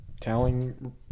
telling